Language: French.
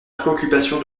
préoccupation